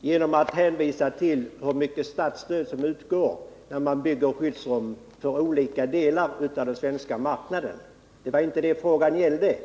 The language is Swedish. genom att hänvisa till hur mycket statsstöd som utgår när man bygger skyddsrum för olika delar av den svenska marknaden. Det var inte det frågan gällde.